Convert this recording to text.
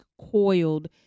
coiled